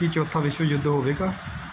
ਕੀ ਚੌਥਾ ਵਿਸ਼ਵ ਯੁੱਧ ਹੋਵੇਗਾ